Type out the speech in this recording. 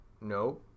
no